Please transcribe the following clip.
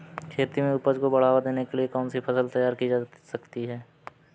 खेती में उपज को बढ़ावा देने के लिए कौन सी फसल तैयार की जा सकती है?